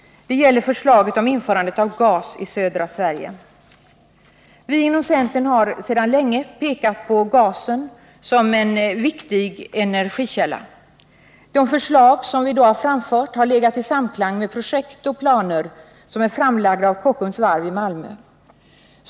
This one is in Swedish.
Det gäller förslaget om införandet av, gas i södra Sverige. Vi inom centern har sedan länge pekat på gasen som en viktig energikälla. De förslag som vi då har framfört har stått i samklang med projekt och planer som är framlagda av Kockums varv i Malmö.